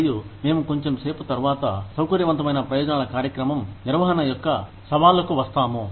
మరియు మేము కొంచెం సేపు తరువాత సౌకర్యవంతమైన ప్రయోజనాల కార్యక్రమం నిర్వహణ యొక్క సవాళ్లకు వస్తాము